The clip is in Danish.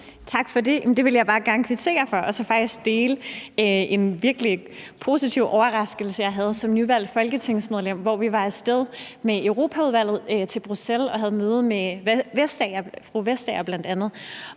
Tak for det. Det vil jeg bare gerne kvittere for. Og så vil jeg dele en virkelig positiv overraskelse, som jeg fik som nyvalgt folketingsmedlem, hvor vi var af sted med Europaudvalget til Bruxelles og havde møder med bl.a. Margrethe Vestager.